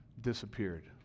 disappeared